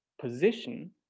position